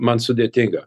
man sudėtinga